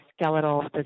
skeletal